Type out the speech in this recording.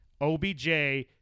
OBJ